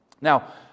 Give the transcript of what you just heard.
Now